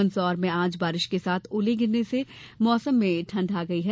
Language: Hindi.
मंदसौर में आज बारिश के साथ ओले गिरने से मौसम में ठण्डक आ गई है